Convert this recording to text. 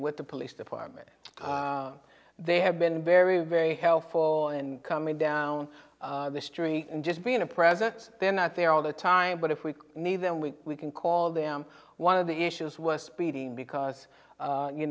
with the police department they have been very very helpful in coming down the street and just being a presence they're not there all the time but if we need them we can call them one of the issues was speeding because